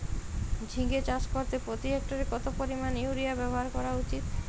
ঝিঙে চাষ করতে প্রতি হেক্টরে কত পরিমান ইউরিয়া ব্যবহার করা উচিৎ?